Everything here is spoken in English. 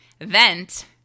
vent